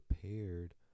prepared